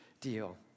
deal